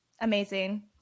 Amazing